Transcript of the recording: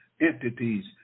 entities